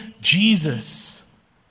Jesus